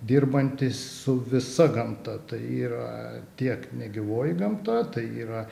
dirbantys su visa gamta tai yra tiek negyvoji gamta tai yra